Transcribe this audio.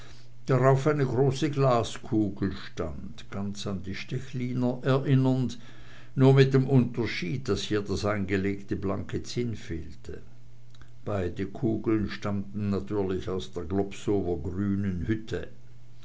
darauf eine große glaskugel stand ganz an die stechliner erinnernd nur mit dem unterschied daß hier das eingelegte blanke zinn fehlte beide kugeln stammten natürlich aus der globsower grünen hütte